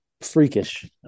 freakish